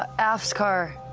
ah af's car.